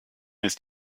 ist